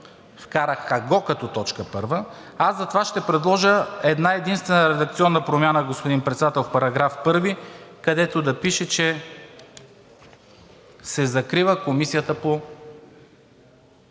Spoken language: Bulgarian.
вкараха го като точка първа, аз затова ще предложа една-единствена редакционна промяна, господин Председател, в § 1, където да пише, че се закрива Комисията за